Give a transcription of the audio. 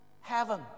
heaven